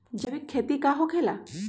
जैविक खेती का होखे ला?